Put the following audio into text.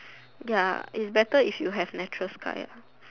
ya is better if you have natural sky lah